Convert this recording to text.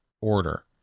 order